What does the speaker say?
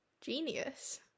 Genius